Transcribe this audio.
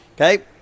Okay